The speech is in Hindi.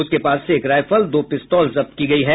उसके पास से एक रायफल दौ पिस्तौल जब्त की गयी है